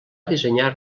dissenyar